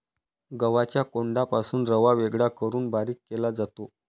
गव्हाच्या कोंडापासून रवा वेगळा करून बारीक केला जातो